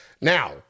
Now